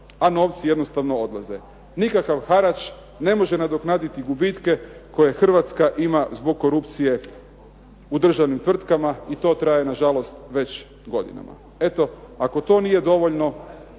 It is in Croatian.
a novci jednostavno odlaze. Nikakav harač ne može nadoknaditi gubitke koje Hrvatska ima zbog korupcije u državnim tvrtkama i to traje nažalost već godinama. Eto, ako to nije dovoljno